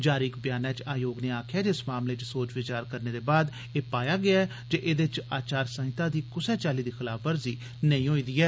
जारी इक व्यानै च आयोग नै आक्खेया जे इस मामले च सोच विचार करने दे बाद एह् पाया गेया ऐ जे एह्दे च आचार संहिता दी कुसै चाली दी खलाफवर्जी नेई होई ऐ